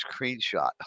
screenshot